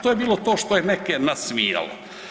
To je bilo to što je neke nasmijalo.